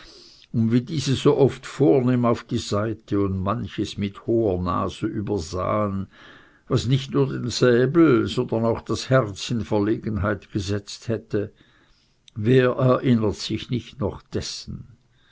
und wie diese so oft vornehm auf die seite und manches mit hoher nase übersahen was nicht nur den säbel sondern auch das herz in verlegenheit gesetzt hätte wer erinnert sich nicht noch dessen